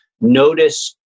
notice